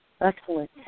Excellent